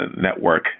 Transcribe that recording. network